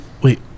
wait